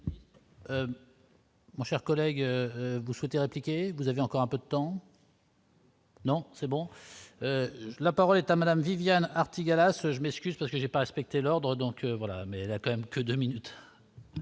Mon cher collègue, vous souhaitez impliqué, vous avez encore un peu de temps. Non, c'est bon, la parole est à Madame Viviane Artigalas je m'excuse parce que j'ai pas respecté l'ordre donc voilà, mais là quand même que 2 minutes.